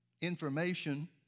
information